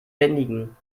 bändigen